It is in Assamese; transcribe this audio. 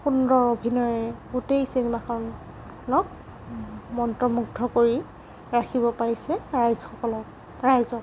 সুন্দৰ অভিনয়ে গোটেই চিনেমাখনক মন্ত্ৰমুগ্ধ কৰি ৰাখিব পাৰিছে ৰাইজসকলক ৰাইজক